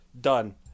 done